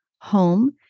home